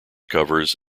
covers